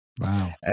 Wow